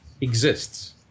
exists